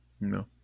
No